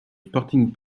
sporting